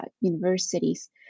universities